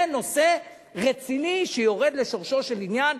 זה נושא רציני שיורד לשורשו של עניין,